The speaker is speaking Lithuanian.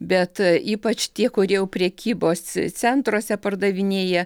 bet ypač tie kur jau prekybos centruose pardavinėja